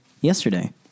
yesterday